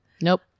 Nope